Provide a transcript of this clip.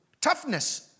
toughness